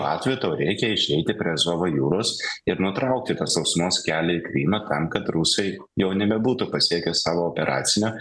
atveju tau reikia išeiti prie azovo jūros ir nutraukti tą sausumos kelią į krymą tam kad rusai jau nebebūtų pasiekę savo operacinio